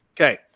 Okay